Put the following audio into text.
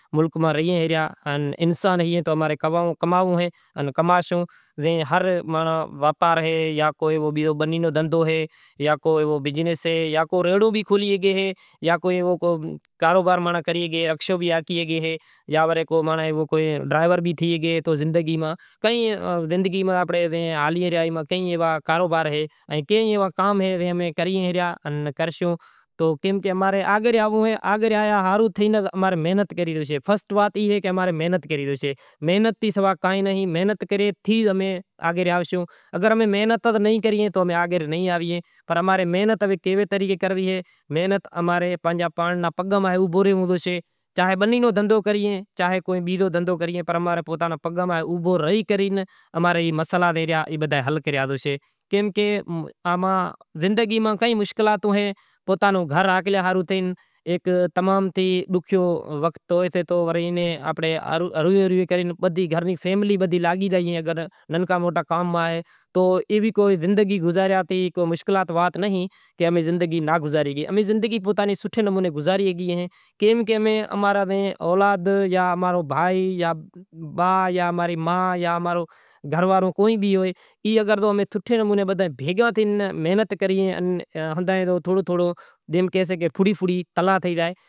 تو اماں نے کمانڑو سے کماشو تو کو بنی نو دہندہو اے کو ریڑہو اے جاں کو بھی کھولی شگی ییں جاں کو کاروبار پنڑ کری شگی ایں رکشو بھی ہاکی شگی ایں جاں کو مانڑو ڈائیور بھی تھی شگی اے تو زندگی ماں کئی آنپڑے ہالے ریا کئی ایوا کام اے جو کری شگیاں کرشو تو کیم کہ آگے زانڑ ہاروں محنت کری ریو شے۔ فرسٹ وات ای کہ امارے محنت کری ریو شے۔ اگر امیں محنت نہیں کریں تو آگے نہیں آویں۔ چاہے بنی نو دہندہو کریں چائیں بیزو کو دہندو کریں اماں رے پوتاں نے پگاں ماں اوبھو رہی کرے اماں را مسئلا جیکا تھیا او حل تھائی شگیں۔ محنت کریئں تھوڑو تھوڑو